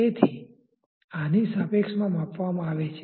તેથી આને આની સાપેક્ષમા માપવામાં આવે છે